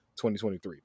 2023